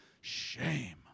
Shame